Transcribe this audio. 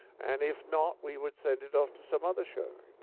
and if not, we would send it off to some other show.